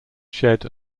shed